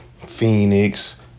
phoenix